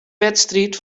wedstriid